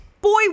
boy